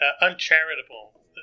uncharitable